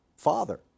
Father